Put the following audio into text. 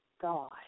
God